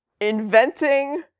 inventing